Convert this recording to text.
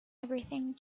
everything